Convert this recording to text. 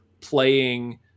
playing